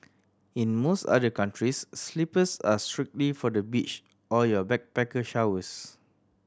in most other countries slippers are strictly for the beach or your backpacker showers